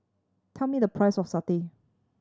tell me the price of satay